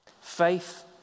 Faith